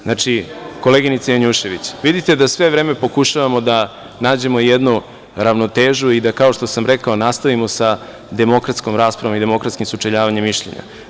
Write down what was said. Znači, koleginice Janjušević, vidite da sve vreme pokušavamo da nađemo jednu ravnotežu i da, kao što sam rekao, nastavimo sa demokratskom raspravom i demokratskim sučeljavanjem mišljenja.